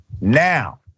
Now